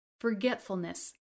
Forgetfulness